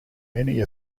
many